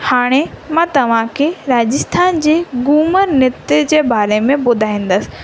हाणे मां तव्हांखे राजस्थान जे घूमर नृत्य जे बारे में ॿुधाईंदसि